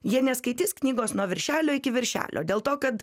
jie neskaitys knygos nuo viršelio iki viršelio dėl to kad